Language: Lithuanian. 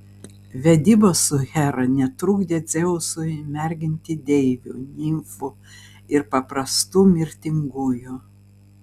vedybos su hera netrukdė dzeusui merginti deivių nimfų ir paprastų mirtingųjų